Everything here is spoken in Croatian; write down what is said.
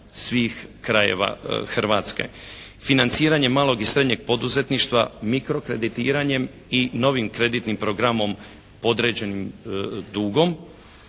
svih krajeva Hrvatske, financiranje malog i srednjeg poduzetništva mikro kreditiranjem i novim kreditnim programom određenim dugom,